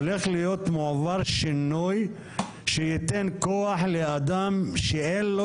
הולך להיות מועבר שינוי שייתן כוח לאדם שאין לו